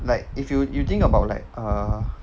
like if you you think about like err